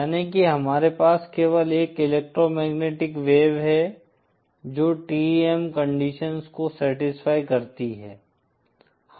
याने की हमारे पास केवल एक इलेक्ट्रोमैग्नेटिक वेव है जो TEM कंडीशंस को सैटिस्फाई करती है